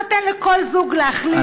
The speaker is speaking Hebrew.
אם אתה נותן לכל זוג להחליט מי מתוכו,